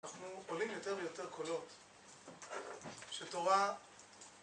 אנחנו... עולים יותר ויותר קולות, שתורה...